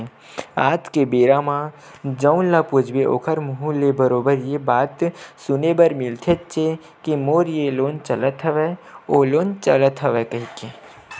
आज के बेरा म जउन ल पूछबे ओखर मुहूँ ले बरोबर ये बात सुने बर मिलथेचे के मोर ये लोन चलत हवय ओ लोन चलत हवय कहिके